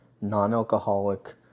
Non-Alcoholic